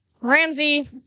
Ramsey